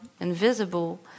invisible